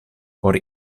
por